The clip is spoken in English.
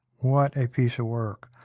what a piece of work.